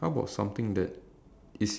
plastic bags maybe